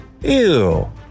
Ew